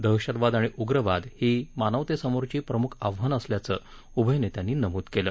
दहशतवाद आणि उग्रवाद ही मानवतेसमोरची प्रमुख आव्हानं असल्याचं उभय नेत्यांनी नमुद केलं